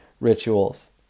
rituals